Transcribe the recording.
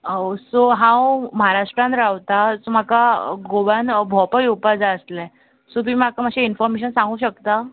so हांव म्हाराष्ट्रान रावतां सो म्हाका गोव्यान भोंवपा येवपा जाय आसलें सो तुमी म्हाका मातशें इनफोर्मेशन सांगूंक शकता